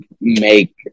make